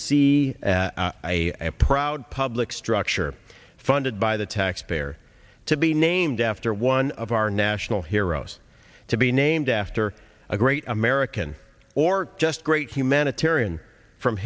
see a proud public structure funded by the taxpayer to be named after one of our national heroes to be named after a great american or just great humanitarian from